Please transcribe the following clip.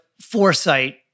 foresight